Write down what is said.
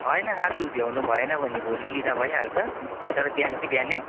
होइन आज भ्याउनु भएन भने भोलि लिँदा भइहाल्छ तर बिहान चाहिँ बिहान